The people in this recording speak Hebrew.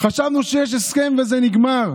היה הסכם, הסכם, היושב-ראש.